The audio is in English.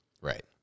Right